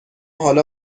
حالا